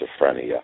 schizophrenia